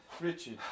Richard